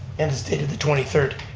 and it's dated the twenty third.